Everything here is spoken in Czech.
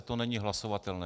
To není hlasovatelné.